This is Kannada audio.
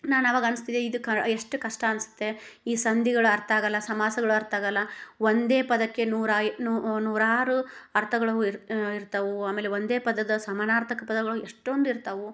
ನಾನು ಅವಾಗ ಅನ್ಸ್ತಿದೆ ಇದು ಕ ಎಷ್ಟು ಕಷ್ಟ ಅನ್ಸುತ್ತೆ ಈ ಸಂಧಿಗಳು ಅರ್ಥ ಆಗಲ್ಲ ಸಮಾಸಗಳು ಅರ್ಥ ಆಗಲ್ಲ ಒಂದೇ ಪದಕ್ಕೆ ನೂರಾ ನೂರಾರು ಅರ್ಥಗಳು ಇರ್ತವು ಅಮೇಲೆ ಒಂದೇ ಪದದ ಸಮಾನಾರ್ಥಕ ಪದಗಳು ಎಷ್ಟೊಂದಿರ್ತಾವು